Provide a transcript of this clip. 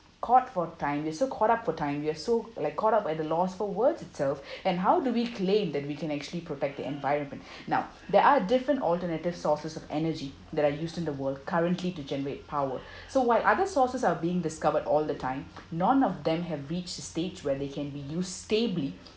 caught for time we're so caught up for time we're so like caught up at a loss for words itself and how do we claim that we can actually protect the environment now there are different alternative sources of energy that are used in the world currently to generate power so while other sources are being discovered all the time none of them have reached a stage where they can be used stably